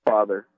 Father